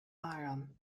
iron